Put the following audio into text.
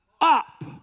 up